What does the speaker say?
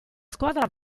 squadra